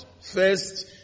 first